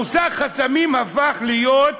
המושג חסמים הפך להיות